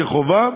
כחובה,